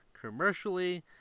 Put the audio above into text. commercially